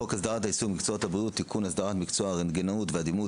העיסוק במקצועות הבריאות (תיקון הסדרת מקצוע הרנטגנאות והדימות),